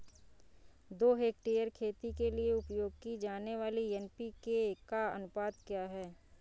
दो हेक्टेयर खेती के लिए उपयोग की जाने वाली एन.पी.के का अनुपात क्या है?